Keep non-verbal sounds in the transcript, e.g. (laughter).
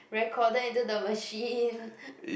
recorded into the machine (laughs)